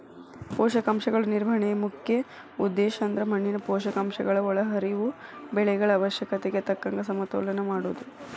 ಪೋಷಕಾಂಶಗಳ ನಿರ್ವಹಣೆಯ ಮುಖ್ಯ ಉದ್ದೇಶಅಂದ್ರ ಮಣ್ಣಿನ ಪೋಷಕಾಂಶಗಳ ಒಳಹರಿವು ಬೆಳೆಗಳ ಅವಶ್ಯಕತೆಗೆ ತಕ್ಕಂಗ ಸಮತೋಲನ ಮಾಡೋದು